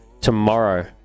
tomorrow